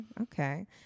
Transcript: okay